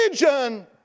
religion